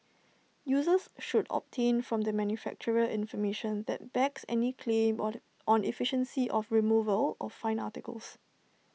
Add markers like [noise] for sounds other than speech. users should obtain from the manufacturer information that backs any claim [unintelligible] on efficiency of removal of fine articles